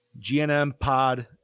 gnmpod